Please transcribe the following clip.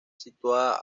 situada